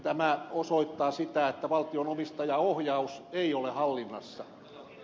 tämä osoittaa sitä että valtion omistajaohjaus ei ole hallinnassa